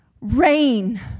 Rain